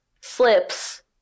Slips